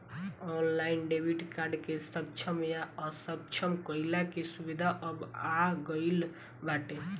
online debit card के सक्षम या असक्षम कईला के सुविधा अब आ गईल बाटे